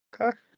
Okay